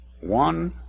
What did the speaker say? One